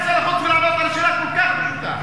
שר החוץ, שאלה פשוטה.